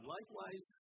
Likewise